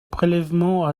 prélèvement